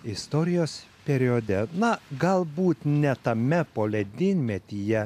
istorijos periode na galbūt ne tame poledynmetyje